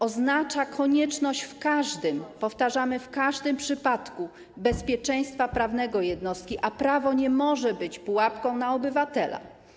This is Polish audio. Oznacza ona konieczność w każdym, powtarzamy, w każdym przypadku zapewnienia bezpieczeństwa prawnego jednostki, a prawo nie może być pułapką na obywatela.